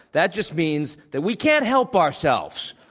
that just means that we can't help ourselves,